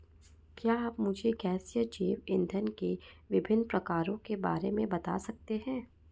क्या आप मुझे गैसीय जैव इंधन के विभिन्न प्रकारों के बारे में बता सकते हैं?